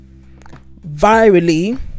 virally